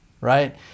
right